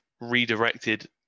redirected